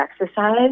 exercise